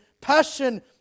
passion